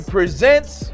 presents